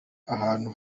ahantu